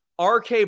RK